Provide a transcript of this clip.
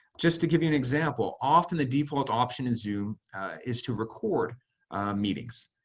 just to give you an example, often the default option in zoom is to record meetings.